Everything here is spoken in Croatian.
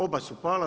Oba su pala.